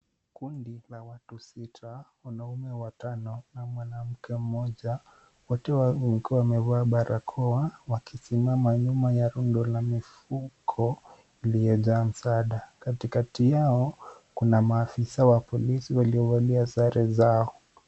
Kundi la watu sita, wanaume watano na mwanamke mmoja wote wakiwa wamevaa barakoa wakisimama nyuma ya rundo la mifuko iliyojaa msaada. Katikati yao kuna maafisa wa polisi waliovalia sare zao.